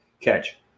catch